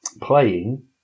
playing